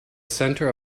center